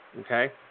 Okay